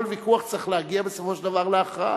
כל ויכוח צריך להגיע בסופו של דבר להכרעה.